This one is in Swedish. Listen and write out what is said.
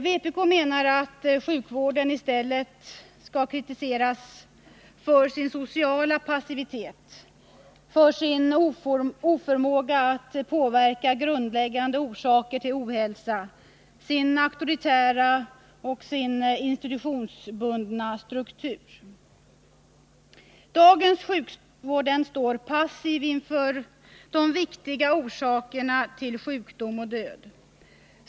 Vpk menar att sjukvården i stället skall kritiseras för sin sociala passivitet, för sin oförmåga att påverka grundläggande orsaker till ohälsa, för sin auktoritära och institutionsbundna struktur. Dagens sjukvård står passiv inför de viktiga orsakerna till sjukdom och död.